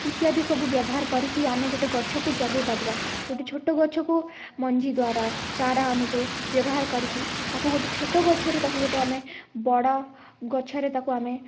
ଇତ୍ୟାଦି ସବୁ ବ୍ୟବହାର କରିକି ଆମେ ଗୋଟେ ଗଛକୁ ଜଗେଇ ପାରିବା ଗୋଟେ ଛୋଟ ଗଛକୁ ମଞ୍ଜି ଦ୍ଵାରା ଚାରା ଆମେ ଯେଉଁ ବ୍ୟବହାର କରିକି ତାକୁ ଗୋଟେ ଛୋଟ ଗଛରୁ ତାକୁ ଗୋଟେ ଆମେ ବଡ଼ ଗଛରେ ତାକୁ ଆମେ